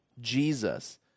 Jesus